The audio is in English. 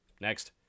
Next